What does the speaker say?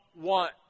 want